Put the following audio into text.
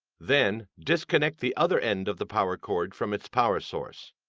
then, disconnect the other end of the power cord from its power source.